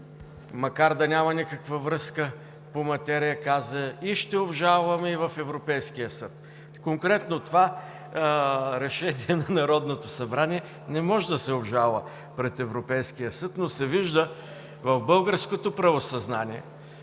макар да няма никаква връзка по материята, каза: „Ще обжалваме и в Европейския съд“. Конкретно това решение на Народното събрание не може да се обжалва пред Европейския съд, но се вижда в българското правосъзнание,